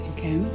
Okay